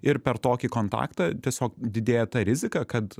ir per tokį kontaktą tiesiog didėja ta rizika kad